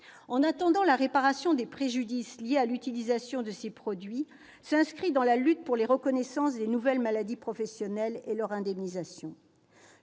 En attendant, la réparation des préjudices liés à l'utilisation de ces produits s'inscrit dans la lutte pour la reconnaissance des nouvelles maladies professionnelles et leur indemnisation.